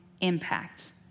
impact